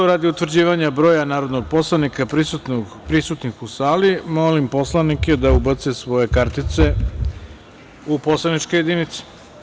Radi utvrđivanja broja narodnih poslanika prisutnih u sali, molim poslanike da ubace svoje kartice u poslaničke jedinice.